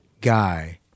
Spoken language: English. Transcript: guy